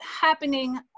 happening